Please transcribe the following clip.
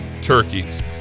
turkeys